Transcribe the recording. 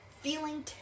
feeling